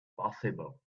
possible